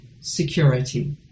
security